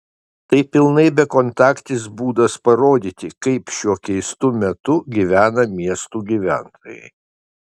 tai pilnai bekontaktis būdas parodyti kaip šiuo keistu metu gyvena miestų gyventojai